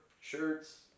shirts